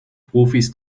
profis